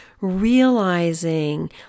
realizing